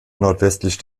nordwestlich